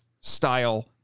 style